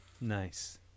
Nice